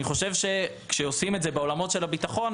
אני חושב שכשעושים את זה בעולמות של הביטחון,